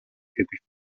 гэдэгт